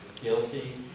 Guilty